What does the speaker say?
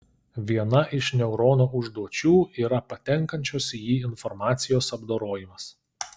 viena iš neurono užduočių yra patenkančios į jį informacijos apdorojimas